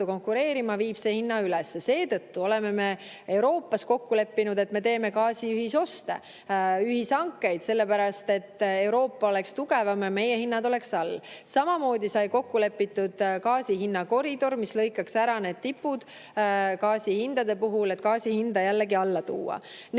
konkureerima, viib see hinna üles. Seetõttu oleme me Euroopas kokku leppinud, et me teeme gaasi ühisoste, ühishankeid, et Euroopa oleks tugevam ja meie hinnad oleksid all. Samamoodi sai kokku lepitud gaasi hinna koridor, mis lõikaks ära need tipud gaasi hindade puhul, et gaasi hinda jällegi alla tuua. See,